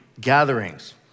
gatherings